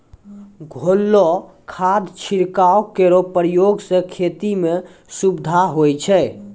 घोललो खाद छिड़काव केरो प्रयोग सें खेती म सुविधा होय छै